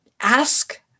ask